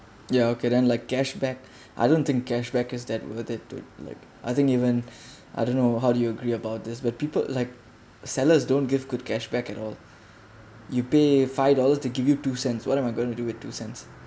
ya okay then like cashback I don't think cashback is that worth it to like I think even I don't know how do you agree about this but people like sellers don't give good cashback at all you pay five dollars to give you two cents what am I going to do it two cents